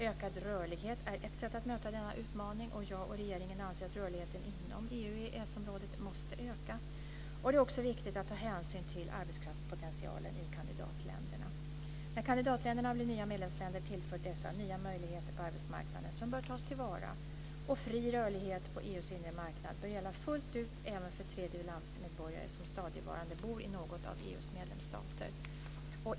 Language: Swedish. Ökad rörlighet är ett sätt att möta denna utmaning, och jag och regeringen anser att rörligheten inom EU/EES-området måste öka. Det är också viktigt att ta hänsyn till arbetskraftspotentialen i kandidatländerna. När kandidatländerna blir nya medlemsländer tillför dessa nya möjligheter på arbetsmarknaden som bör tas till vara. Fri rörlighet på EU:s inre marknad bör gälla fullt ut även för tredjelandsmedborgare som stadigvarande bor i någon av EU:s medlemsstater.